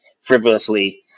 frivolously